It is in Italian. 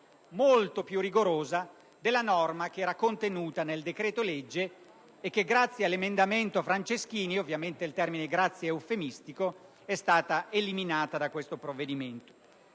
molto più rigorosa della norma che era contenuta nel decreto-legge e che, grazie all'emendamento Franceschini (ovviamente il termine "grazie" è eufemistico), è stata eliminata da questo provvedimento.